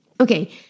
Okay